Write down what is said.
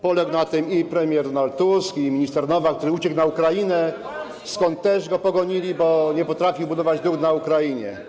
Poległ na tym premier Donald Tusk i minister Nowak, który uciekł na Ukrainę, skąd też go pogonili, bo nie potrafił budować dróg na Ukrainie.